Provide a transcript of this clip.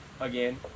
again